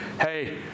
hey